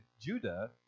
Judah